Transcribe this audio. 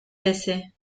ese